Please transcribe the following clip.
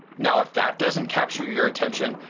now, if that doesn't capture your attention,